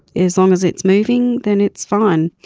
as long as it's moving then it's fine.